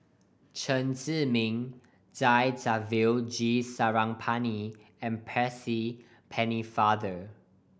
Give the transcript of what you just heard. Chen Zhiming Thamizhavel G Sarangapani and Percy Pennefather